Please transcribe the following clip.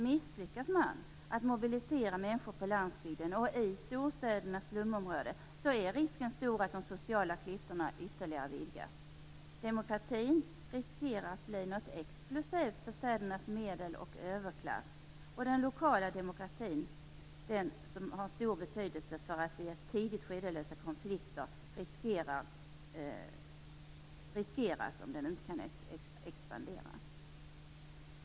Misslyckas man att mobilisera människor på landsbygden och i storstädernas slumområden är risken stor att de sociala klyftorna ytterligare vidgas. Demokratin riskerar att bli något exklusivt för städernas medel och överklass. Den lokala demokratin som även har stor betydelse för att i ett tidigt skede lösa konflikter riskeras om den inte kan expandera.